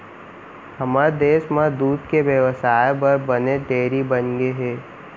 हमर देस म दूद के बेवसाय बर बनेच डेयरी बनगे हे